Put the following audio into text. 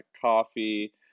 coffee